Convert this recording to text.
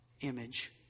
image